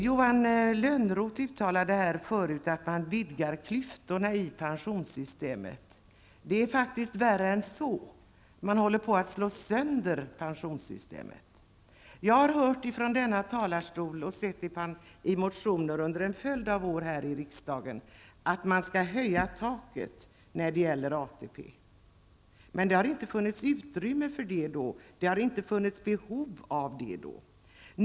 Johan Lönnroth uttalade här förut att man vidgar klyftorna i pensionssystemet. Det är faktiskt värre än så. Man håller på att slå sönder pensionssystemet. Jag har hört från denna talarstol och sett i motioner under en följd av år här i riksdagen att man vill höja taket när det gäller ATP. Men det har inte funnits utrymme för det då. Det har inte funnits behov av det då.